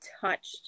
touched